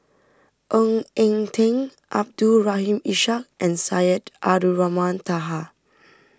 Ng Eng Teng Abdul Rahim Ishak and Syed Abdulrahman Taha